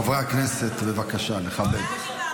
חברי הכנסת, בבקשה לכבד.